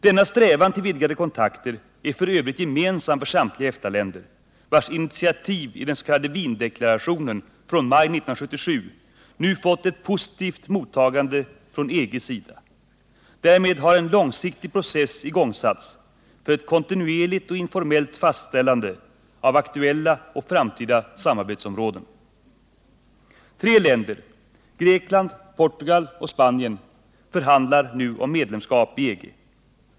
Denna strävan till vidgade kontakter är för övrigt gemensam för samtliga EFTA-länder, vars initiativ i den s.k. Wiendeklarationen från maj 1977 nu fått ett positivt mottagande från EG:s sida. Därmed har en långsiktig process igångsatts för ett kontinuerligt och informellt fastställande av aktuella och framtida samarbetsområden. Tre länder, Grekland, Portugal och Spanien, förhandlar om medlemskap i EG.